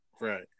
Right